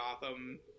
gotham